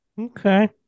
okay